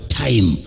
time